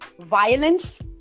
violence